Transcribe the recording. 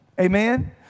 Amen